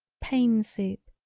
pain soup,